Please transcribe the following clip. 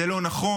זה לא נכון,